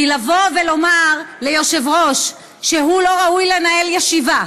כי לבוא ולומר ליושב-ראש שהוא לא ראוי לנהל ישיבה,